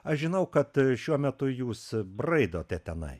aš žinau kad šiuo metu jūs braidote tenai